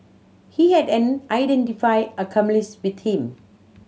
he had an unidentified accomplice with him